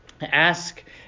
ask